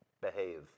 behave